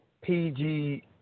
PG